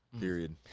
Period